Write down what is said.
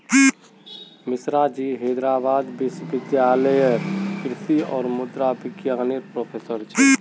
मिश्राजी हैदराबाद विश्वविद्यालय लेरे कृषि और मुद्रा विज्ञान नेर प्रोफ़ेसर छे